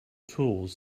tools